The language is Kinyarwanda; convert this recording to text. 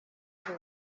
ibyo